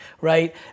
right